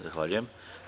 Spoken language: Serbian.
Zahvaljujem.